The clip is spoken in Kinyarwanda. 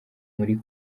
muri